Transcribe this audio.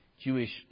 Jewish